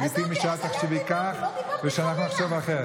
לגיטימי שאת תחשבי כך ושאנחנו נחשוב אחרת,